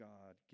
God